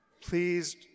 please